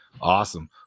Awesome